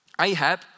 Ahab